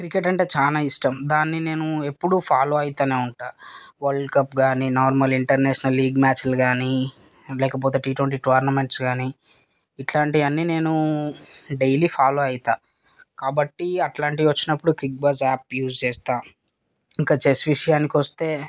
cricket అంటే చాలా ఇష్టం దాన్ని నేను ఎప్పుడూ ఫాలో అవుతూనే ఉంటాను వరల్డ్ కప్పు కానీ నార్మల్ ఇంటర్నేషనల్ లీగ్ మ్యాచులు కానీ లేకపోతే టీ ట్వెంటీ టోర్నమెంట్స్ కానీ ఇట్లాంటివి అన్నీ నేను డైలీ ఫాలో అవుతాను కాబట్టి అట్లాంటివి వచ్చినప్పుడు క్రిక్ బజ్ యాప్ యూస్ చేస్తాను ఇక చెస్ విషయానికి వస్తే